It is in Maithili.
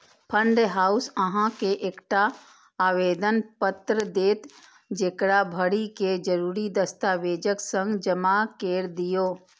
फंड हाउस अहां के एकटा आवेदन पत्र देत, जेकरा भरि कें जरूरी दस्तावेजक संग जमा कैर दियौ